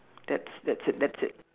that's that's it that's it